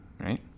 right